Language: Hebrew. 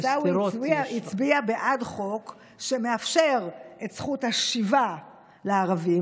עיסאווי הצביע בעד חוק שמאפשר את זכות השיבה לערבים,